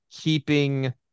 keeping